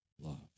love